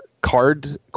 card